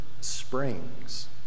springs